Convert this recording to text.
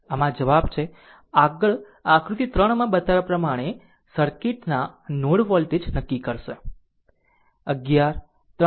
આમ આ જવાબ છે આગળ આકૃતિ 3 માં બતાવ્યા પ્રમાણે સર્કિટના નોડ વોલ્ટેજ નક્કી કરશે 11 3